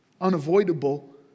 unavoidable